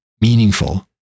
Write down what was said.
meaningful